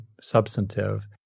substantive